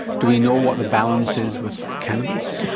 do we know what the balance is with cannabis?